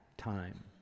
time